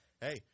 hey